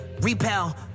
repel